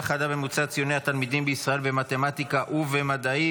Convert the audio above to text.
חדה בממוצע ציוני התלמידים בישראל במתמטיקה ומדעים.